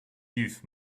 youth